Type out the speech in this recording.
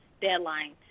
deadline